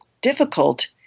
difficult